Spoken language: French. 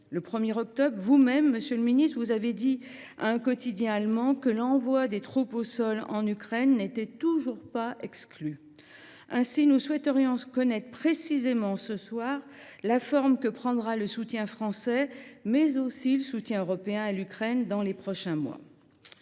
Le 1 octobre, vous même, monsieur le ministre, avez dit à un quotidien allemand que l’envoi de troupes au sol en Ukraine n’était toujours pas exclu. Ainsi, nous souhaitons connaître précisément la forme que prendra le soutien français, mais aussi le soutien européen, à l’Ukraine dans les prochains mois.